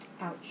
Ouch